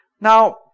Now